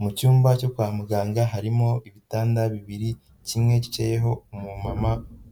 Mu cyumba cyo kwa muganga harimo ibitanda bibiri, kimwe kicayeho umumama